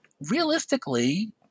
realistically